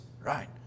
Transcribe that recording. right